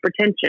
hypertension